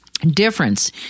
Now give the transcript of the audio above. difference